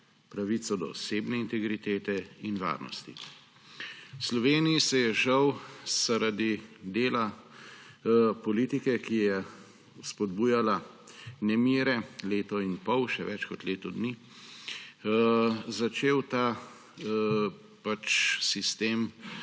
pravico do osebne integritete in varnosti. V Sloveniji se je žal zaradi dela politike, ki je spodbujala nemire leto in pol, še več kot leto dni, začel ta sistem